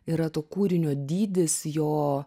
yra to kūrinio dydis jo